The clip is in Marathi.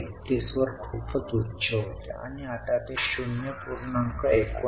31 वर खूपच उच्च होते आणि आता ते 0